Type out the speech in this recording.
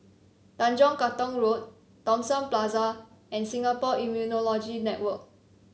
Tanjong Katong Road Thomson Plaza and Singapore Immunology Network